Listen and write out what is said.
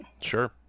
Sure